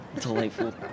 Delightful